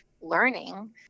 learning